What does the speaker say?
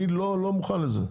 אני לא מוכן לזה,